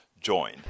join